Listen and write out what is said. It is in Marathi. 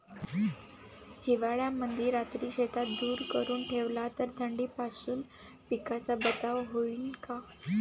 हिवाळ्यामंदी रात्री शेतात धुर करून ठेवला तर थंडीपासून पिकाचा बचाव होईन का?